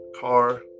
car